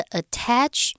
attach